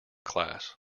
class